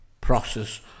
process